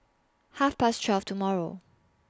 Half Past twelve tomorrow